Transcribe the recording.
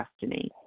destiny